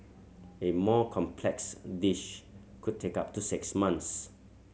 a more complex dish could take up to six months